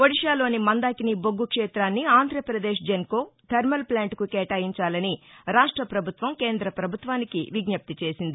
ఒడిషాలోని మందాకిని బొగ్గు క్షేతాన్ని ఆంధ్రప్రదేశ్ జెన్కో థర్మల్ ప్లాంట్కు కేటాయించాలని రాష్ట ప్రభుత్వం కేంద్రపభుత్వానికి విజ్ఞప్తి చేసింది